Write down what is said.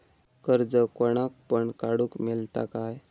कर्ज कोणाक पण काडूक मेलता काय?